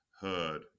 heard